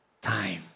time